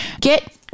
get